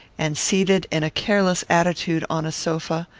and seated in a careless attitude on a sofa,